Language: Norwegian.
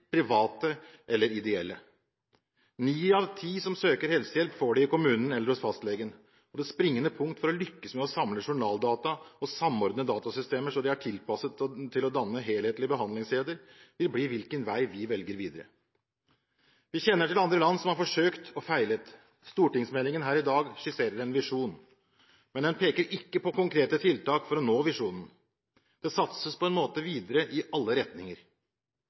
private eller ideelle. Ni av ti som søker helsehjelp, får det i kommunen eller hos fastlegen. Det springende punkt for å lykkes med å samle journaldata og samordne datasystemer så de er tilpasset til å danne helhetlige behandlingskjeder, vil bli hvilken vei en velger videre. Vi kjenner til andre land som har forsøkt og feilet. Stortingsmeldingen her i dag skisserer en visjon, men den peker ikke på konkrete tiltak for å nå visjonen. Det satses på en måte videre i alle retninger.